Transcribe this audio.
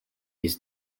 his